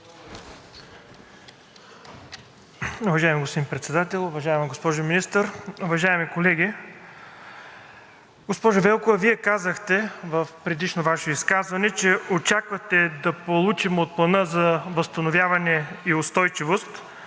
Уважаеми господин Председател, уважаема госпожо Министър, уважаеми колеги! Госпожо Велкова, Вие казахте в предишно Ваше изказване, че очаквате да получим от Плана за възстановяване и устойчивост